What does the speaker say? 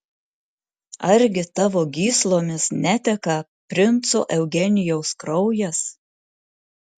argi tavo gyslomis neteka princo eugenijaus kraujas